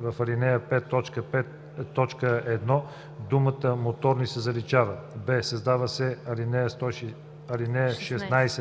в ал. 5, т. 1 думата „моторни“ се заличава; б) създават се ал. 16